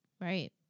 Right